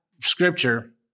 scripture